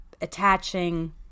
attaching